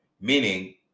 Meaning